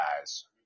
guys